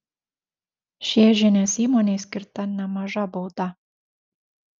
šėžienės įmonei skirta nemaža bauda